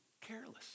careless